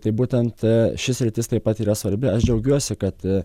tai būtent ši sritis taip pat yra svarbi aš džiaugiuosi kad